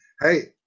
hey